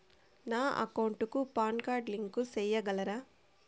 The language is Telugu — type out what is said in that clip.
నా అకౌంట్ కు పాన్ కార్డు లింకు సేయగలరా?